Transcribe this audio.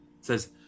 Says